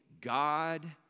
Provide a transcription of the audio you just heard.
God